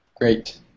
Great